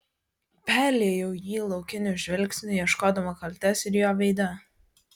perliejau jį laukiniu žvilgsniu ieškodama kaltės ir jo veide